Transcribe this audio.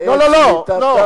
אני אעשה זאת.